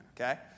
Okay